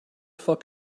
fuck